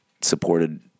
supported